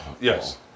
Yes